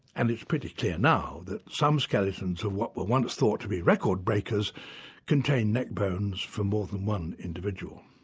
and it's pretty clear now that some skeletons of what were once thought to be record-breakers contained neck bones from more than one individual.